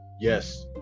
Yes